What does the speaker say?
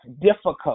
difficult